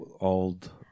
old